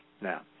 Now